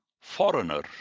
foreigner